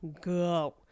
go